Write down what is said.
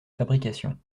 fabrication